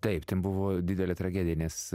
taip ten buvo didelė tragedija nes